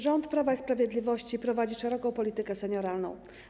Rząd Prawa i Sprawiedliwości prowadzi szeroką politykę senioralną.